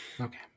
Okay